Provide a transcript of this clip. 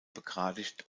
begradigt